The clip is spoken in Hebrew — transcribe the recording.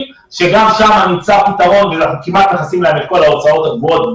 שגם שם נמצא פתרון וכמעט מכסים להם את כל ההוצאות הקבועות.